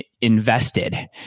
invested